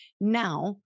Now